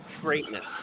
greatness